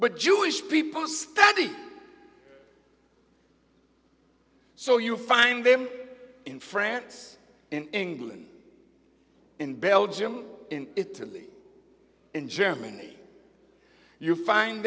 but jewish people study so you find them in france in england in belgium in italy in germany you find